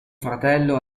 fratello